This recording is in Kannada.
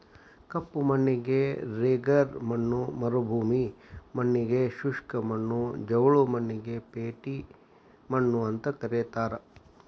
ಕಪ್ಪು ಮಣ್ಣಿಗೆ ರೆಗರ್ ಮಣ್ಣ ಮರುಭೂಮಿ ಮಣ್ಣಗೆ ಶುಷ್ಕ ಮಣ್ಣು, ಜವುಗು ಮಣ್ಣಿಗೆ ಪೇಟಿ ಮಣ್ಣು ಅಂತ ಕರೇತಾರ